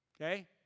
Okay